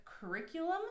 Curriculum